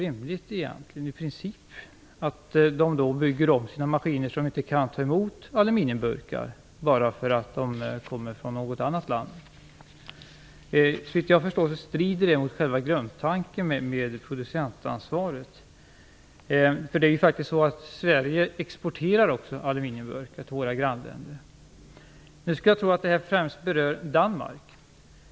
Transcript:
Då är det egentligen inte rimligt att man bygger om sina maskiner så att de inte kan ta emot aluminiumburkar bara för att dessa kommer från något annat land. Såvitt jag förstår strider det här mot själva grundtanken i fråga om producentansvaret. Vi i Sverige exporterar ju också aluminiumburkar till våra grannländer. Jag skulle tro att det främst berör Danmark.